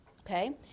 okay